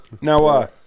Now